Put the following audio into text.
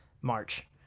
march